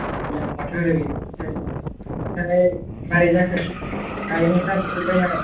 आमफ्राय मारै जाखो गायनायफ्रा जोबजोब्बाय नामा